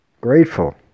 grateful